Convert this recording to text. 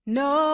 no